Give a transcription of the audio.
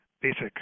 basic